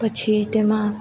પછી તેમાં